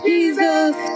Jesus